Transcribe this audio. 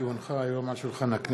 כי הונחו היום על שולחן הכנסת,